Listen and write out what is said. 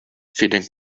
feeding